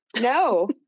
no